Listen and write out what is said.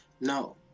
No